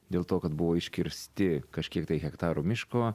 dėl to kad buvo iškirsti kažkiek tai hektarų miško